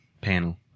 panel